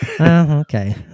okay